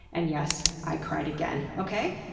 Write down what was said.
and yes, i cried again, okay?